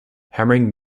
hammering